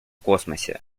космосе